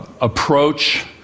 approach